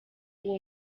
uwo